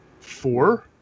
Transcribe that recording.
four